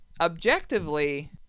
objectively